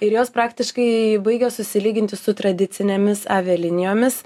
ir jos praktiškai baigia susilyginti su tradicinėmis avialinijomis